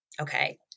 Okay